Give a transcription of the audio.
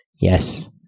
yes